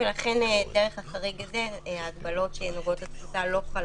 לכן דרך החריג הזה ההגבלות שנוגעות לתפוסה לא חלות.